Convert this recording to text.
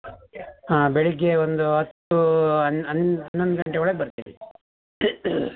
ಹಾಂ ಬೆಳಿಗ್ಗೆ ಒಂದು ಹತ್ತು ಹನ್ನೊಂದು ಗಂಟೆವಳಗೆ ಬರ್ತೀನಿ